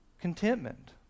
contentment